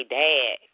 dad